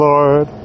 Lord